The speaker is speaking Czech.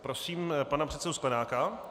Prosím pana předsedu Sklenáka.